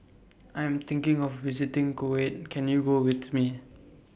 I Am thinking of visiting Kuwait Can YOU Go with Me